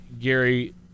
Gary